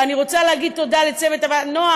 ואני רוצה לומר לצוות הוועדה: נעה,